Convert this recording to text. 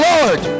Lord